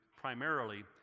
primarily